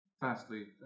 Fastly